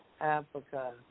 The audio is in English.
Africa